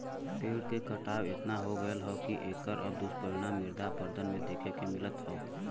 पेड़ के कटाव एतना हो गयल हौ की एकर अब दुष्परिणाम मृदा अपरदन में देखे के मिलत हौ